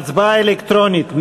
ההצבעה אלקטרונית.